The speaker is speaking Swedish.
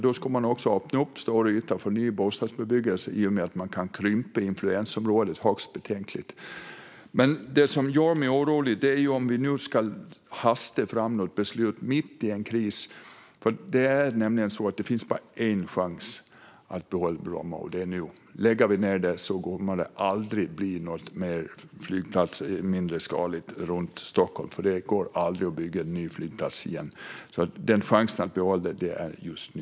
Då kan en större yta öppnas för ny bostadsbebyggelse i och med att man kan krympa influensområdet. Det som gör mig orolig är att ett beslut hastas fram mitt i en kris. Det finns bara en chans att behålla Bromma, och det är nu. Om Bromma läggs ned blir det aldrig mer en flygplats i mindre skala runt Stockholm. Det går aldrig att bygga en ny flygplats igen. Chansen är just nu.